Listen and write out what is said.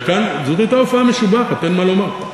זאת הייתה הופעה משובחת, אין מה לומר.